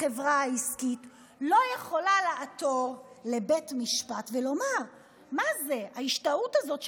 החברה העסקית לא יכולה לעתור לבית המשפט ולומר: מה זה ההשתהות הזאת,